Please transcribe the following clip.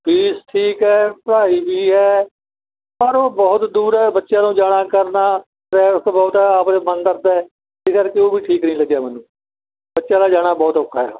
fees ਠੀਕ ਹੈ ਪੜ੍ਹਾਈ ਵੀ ਹੈ ਪਰ ਉਹ ਬਹੁਤ ਦੂਰ ਹੈ ਬੱਚਿਆਂ ਨੂੰ ਜਾਣਾ ਕਰਨਾ ਟਰੈਫਿਕ ਬਹੁਤ ਹੈ ਆਪਣੇ ਮਨ ਡਰਦਾ ਠੀਕ ਹੈ ਅਤੇ ਉਹ ਵੀ ਠੀਕ ਨਹੀਂ ਲੱਗਿਆ ਮੈਨੂੰ ਬੱਚਿਆਂ ਦਾ ਜਾਣਾ ਬਹੁਤ ਔਖਾ